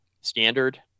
standard